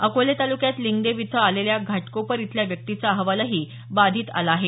अकोले तालुक्यात लिंगदेव इथं आलेल्या घाटकोपर इथल्या व्यक्तीचा अहवालही बाधित आला आहे